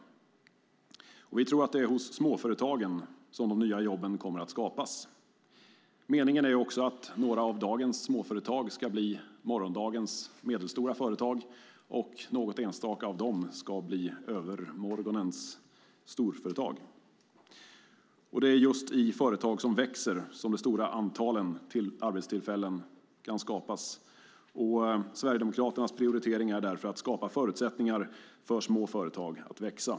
Vi tror att det är hos småföretagen som de nya jobben kommer att skapas. Meningen är att några av dagens småföretag ska bli morgondagens medelstora företag, och något enstaka av dem ska bli övermorgonens storföretag. Det är just i företag som växer som det stora antalet arbetstillfällen kan skapas. Sverigedemokraternas prioritering är därför att skapa förutsättningar för små företag att växa.